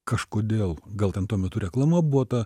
kažkodėl gal ten tuo metu reklama buvo ta